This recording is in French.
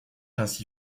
ainsi